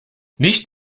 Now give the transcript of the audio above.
nicht